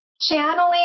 channeling